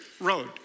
road